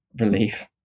relief